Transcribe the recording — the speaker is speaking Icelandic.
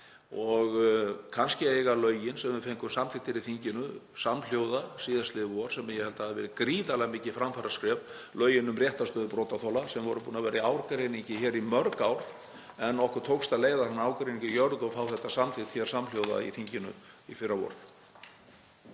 og kannski eiga lögin, sem við fengum samþykkt í þinginu samhljóða síðastliðið vor, sem ég held að hafi verið gríðarlega mikið framfaraskref, lögin um réttarstöðu brotaþola sem voru búin að vera í ágreiningi hér í mörg ár, en okkur tókst að leiða þennan ágreining í jörð og fá þetta samþykkt hér samhljóða í þinginu í fyrravor.